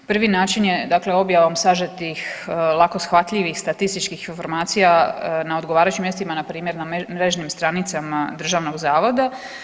Prvi način je dakle objavom sažetih lako shvatljivih statističkih informacija na odgovarajućim mjestima npr. na mrežnim stranicama državnog zavoda.